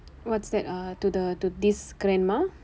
what's that ah to the to this grandma